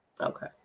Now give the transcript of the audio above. Okay